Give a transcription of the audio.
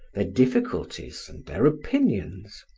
their difficulties, and their opinions.